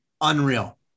unreal